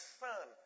son